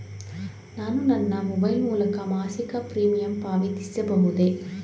ನಾನು ನನ್ನ ಮೊಬೈಲ್ ಮೂಲಕ ಮಾಸಿಕ ಪ್ರೀಮಿಯಂ ಪಾವತಿಸಬಹುದೇ?